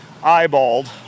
eyeballed